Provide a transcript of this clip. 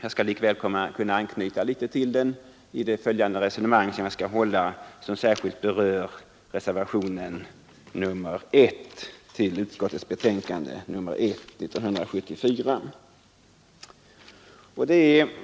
Jag kommer att anknyta något till detta i det följande resonemanget, som särskilt berör reservationen 1 till trafikutskottets betänkande nr 1 år 1974.